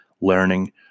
learning